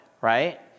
right